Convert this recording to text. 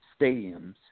stadiums